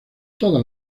todas